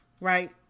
right